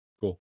Cool